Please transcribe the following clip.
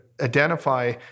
identify